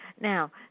Now